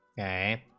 a